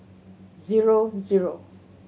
zero zero